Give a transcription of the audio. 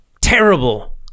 terrible